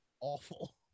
awful